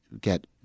get